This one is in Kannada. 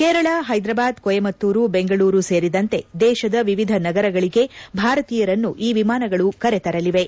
ಕೇರಳ ಹೈದರಾಬಾದ್ ಕೊಯಮತ್ತೂರು ಬೆಂಗಳೂರು ಸೇರಿದಂತೆ ದೇಶದ ವಿವಿಧ ನಗರಗಳಿಗೆ ಭಾರತೀಯರನ್ನು ಈ ವಿಮಾನಗಳು ಕರೆತರಲಿವೆ